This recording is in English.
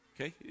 Okay